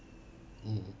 mm